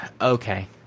Okay